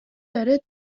داره